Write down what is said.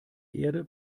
erde